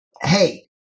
hey